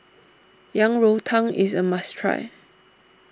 Yang Rou Tang is a must try